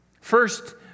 First